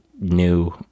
new